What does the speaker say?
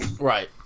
Right